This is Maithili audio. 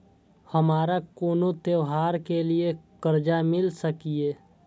हमारा कोनो त्योहार के लिए कर्जा मिल सकीये?